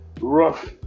rough